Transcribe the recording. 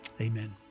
Amen